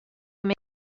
menys